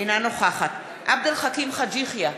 אינה נוכחת עבד אל חכים חאג' יחיא,